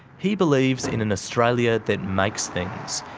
he believes in an australia that makes things.